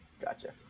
Gotcha